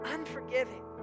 Unforgiving